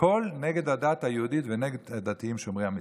הכול נגד הדת היהודית ונגד היהודים שומרי המצוות.